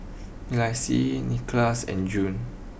Elyse Nickolas and June